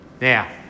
Now